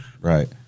right